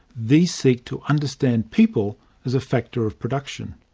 these seek to understand people as a factor of production.